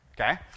Okay